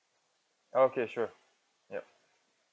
okay sure yup